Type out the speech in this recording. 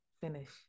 finish